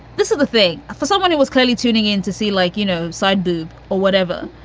this is the thing for someone who was clearly tuning in to see, like, you know, side boob or whatever.